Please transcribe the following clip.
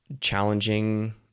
challenging